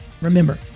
Remember